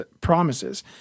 promises